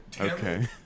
Okay